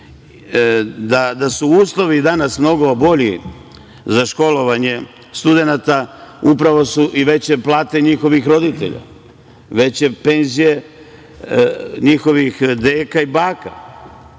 su uslovi danas mnogo bolji za školovanje studenata, upravo su i veće plate njihovih roditelja, veće penzija njihovih deka i baka,